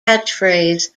catchphrase